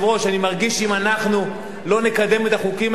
אני מרגיש שאם אנחנו לא נקדם את החוקים האלה,